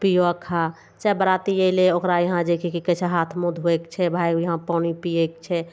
पीयऽ खा चाहे बरातिये अयलय ओकरा यहाँ जे कि की कहय छै हाथ मुँह धोयकऽ छै भाइ यहाँ पानि पीयैके छै